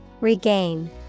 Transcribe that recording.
Regain